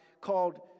called